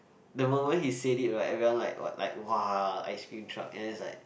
the moment he say it right everyone like what like !wah! ice cream truck and he's like